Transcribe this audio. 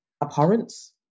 abhorrence